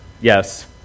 yes